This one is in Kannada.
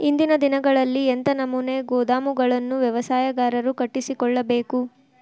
ಇಂದಿನ ದಿನಗಳಲ್ಲಿ ಎಂಥ ನಮೂನೆ ಗೋದಾಮುಗಳನ್ನು ವ್ಯವಸಾಯಗಾರರು ಕಟ್ಟಿಸಿಕೊಳ್ಳಬೇಕು?